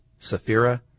safira